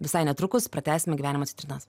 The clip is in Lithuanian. visai netrukus pratęsime gyvenimo citrinas